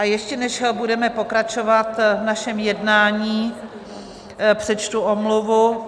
Ještě, než budeme pokračovat v našem jednání, přečtu omluvu.